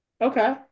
Okay